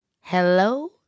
Hello